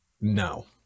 no